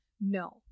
No